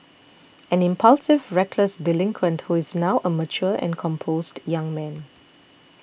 an impulsive reckless delinquent who is now a mature and composed young man